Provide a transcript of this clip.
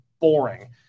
boring